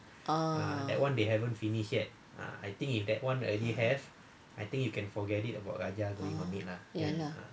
ah ya lah